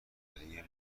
موقعیتهای